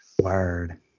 Word